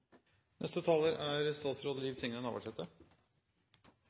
Neste taler er